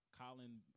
Colin –